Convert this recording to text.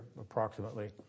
approximately